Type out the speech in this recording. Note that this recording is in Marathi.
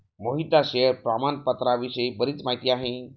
मोहितला शेअर प्रामाणपत्राविषयी बरीच माहिती आहे